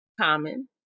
common